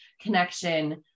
connection